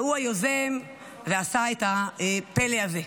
שהוא היוזם ועשה את הפלא הזה.